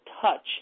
touch